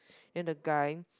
then the guy